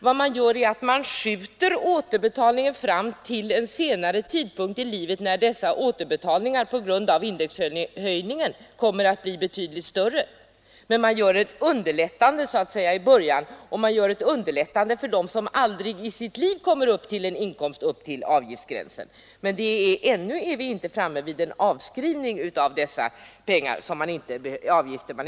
Vad man gör är att man skjuter fram återbetalningen till en senare tidpunkt i livet, när dessa återbetalningar på grund av indexhöjningen kommer att bli betydligt större. Man underlättar i början för de återbetalningsskyldiga och man underlättar för dem som aldrig i sitt liv får en inkomst som kommer upp till avgiftsgränsen. Men ännu är vi inte framme vid en avskrivning av dessa avgifter.